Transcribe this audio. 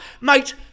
Mate